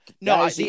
No